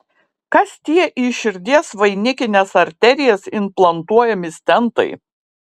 kas tie į širdies vainikines arterijas implantuojami stentai